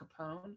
Capone